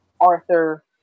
Arthur